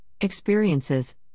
experiences